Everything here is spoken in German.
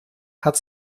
hat